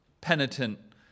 penitent